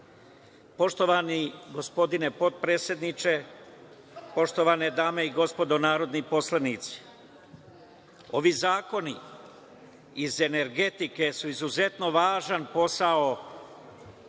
Srbije“.Poštovani gospodine potpredsedniče, poštovane dame i gospodo narodni poslanici, ovi zakoni iz energetike su izuzetno važan posao